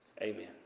Amen